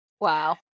Wow